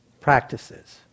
practices